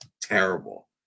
terrible